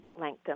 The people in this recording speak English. Langdon